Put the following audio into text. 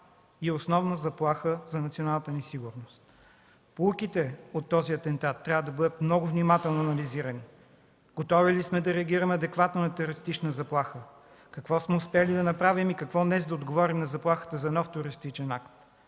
и основна заплаха за националната ни сигурност. Поуките от този атентат трябва да бъдат много внимателно анализирани. Готови ли сме да реагираме адекватно на терористична заплаха? Какво сме успели да направим и какво не, за да отговорим на заплахата за нов терористичен акт?